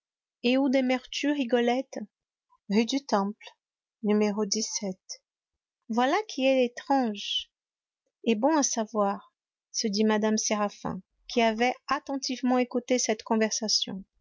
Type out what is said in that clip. où demeures-tu rigolette rue du temple n voilà qui est étrange et bon à savoir se dit mme séraphin qui avait attentivement écouté cette conversation